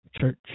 church